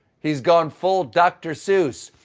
he has gone full dr. seuss,